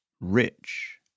rich